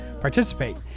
participate